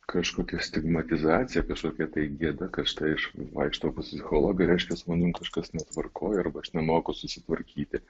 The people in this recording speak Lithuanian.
kažkokia stigmatizacija kažkokia tai gėda kad štai aš vaikštau pas psichologą reiškia su manim kažkas netvarkoj arba aš nemoku susitvarkyti